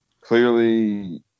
clearly